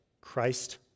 Christ